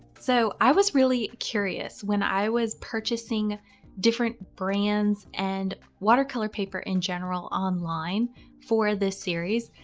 so i was really curious when i was purchasing different brands and watercolor paper in general online for this series.